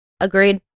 agreed